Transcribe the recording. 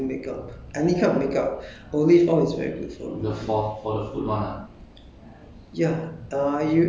yeah you must use actually olive oil is very good for removing make-up any kind of make-up olive oil is very good for